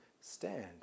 stand